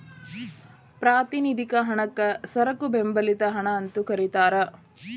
ಪ್ರಾತಿನಿಧಿಕ ಹಣಕ್ಕ ಸರಕು ಬೆಂಬಲಿತ ಹಣ ಅಂತೂ ಕರಿತಾರ